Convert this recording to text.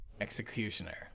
Executioner